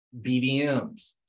BVMs